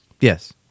Yes